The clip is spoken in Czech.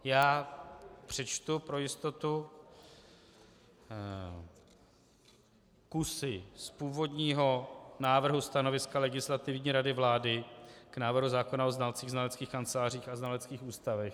Já přečtu pro jistotu kusy z původního návrhu stanoviska Legislativní rady vlády k návrhu zákona o znalcích, znaleckých kancelářích a znaleckých ústavech.